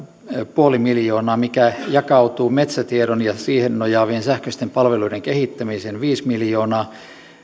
viisi miljoonaa mikä jakautuu metsätiedon ja siihen nojaavien sähköisten palveluiden kehittämiseen viisi miljoonaa